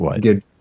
good